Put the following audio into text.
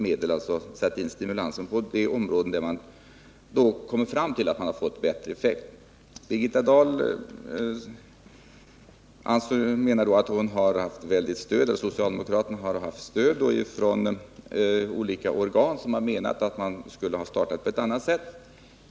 Stimulansen skall ju sättas in på de områden där vi kommit fram till att den ger bäst effekt. Birgitta Dahl säger att socialdemokraterna haft stöd från olika organ, som menat att man borde ha startat på annat sätt.